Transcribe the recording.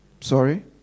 Sorry